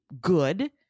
good